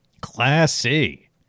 Classy